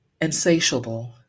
Insatiable